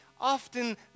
often